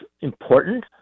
important